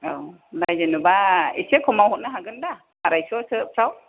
औ होमबा जेनोबा एसे खमाव हरनो हागोन दा आराइस' सोफ्राव